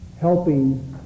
helping